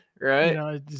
right